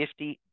50